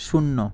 শূন্য